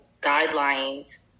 guidelines